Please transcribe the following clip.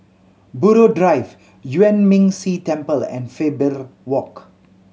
Buroh Drive Yuan Ming Si Temple and Faber Walk